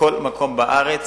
כל מקום בארץ.